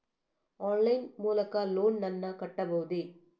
Online line ಮೂಲಕ loan ನನ್ನ ಕಟ್ಟಬಹುದೇ?